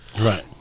Right